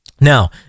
Now